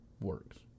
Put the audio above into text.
works